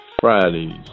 Friday's